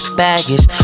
baggage